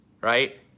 right